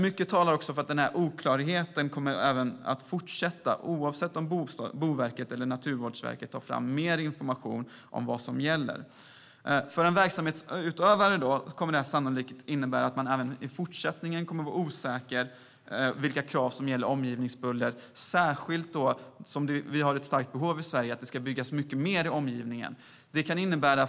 Mycket talar för att denna oklarhet kommer att bestå även om Boverket eller Naturvårdsverket tar fram mer information om vad som gäller. För en verksamhetsutövare kommer det sannolikt att innebära att man även i fortsättningen kommer att vara osäker på vilka krav som gäller för omgivningsbuller, vilket inte är bra när vi har ett stort behov av att det ska byggas mycket mer.